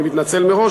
אני מתנצל מראש,